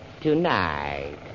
tonight